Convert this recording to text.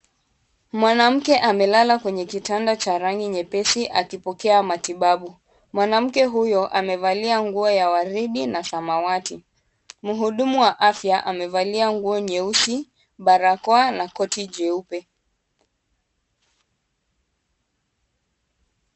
Mwanamke amelala kwenye kitanda cha rangi nyepesi akipokea matibabu. Mwanamke huyu amevalia nguo ya waridi na samawati, muhudumu wa afya amevalia nguo nyeusi, barakoa na koti jeupe.